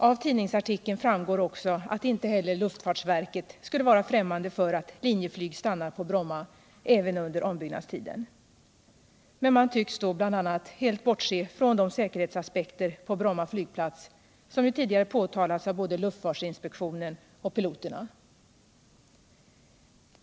Av tidningsartikeln framgår också att inte heller luftfartsverket skulle vara främmande för att Linjeflyg stannar på Bromma även under ombyggnadstiden. Men man tycks då helt bortse från bl.a. de säkerhetsaspekter på Bromma flygplats som tidigare påtalats av både luftfartsinspektionen och piloterna.